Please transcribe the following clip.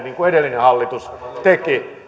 niin kuin edellinen hallitus teki